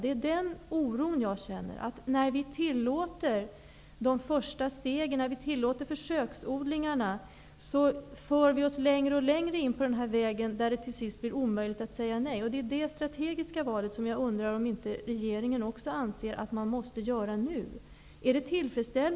Jag känner en oro för att det, när vi tillåter de första stegen, när vi tillåter försöksodlingarna, för oss längre och längre in på en väg där det till sist blir omöjligt att säga nej. Det är detta strategiska val som jag undrar om inte regeringen också anser att man måste göra nu.